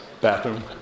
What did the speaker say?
bathroom